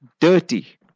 dirty